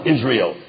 Israel